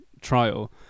trial